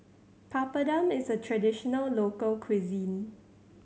papadum is a traditional local cuisine